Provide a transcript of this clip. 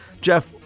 Jeff